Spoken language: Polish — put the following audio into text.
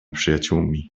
przyjaciółmi